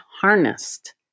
harnessed